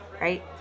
right